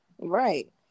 right